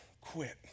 quit